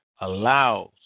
allows